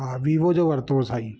हा वीवो जो वरितो हो साईं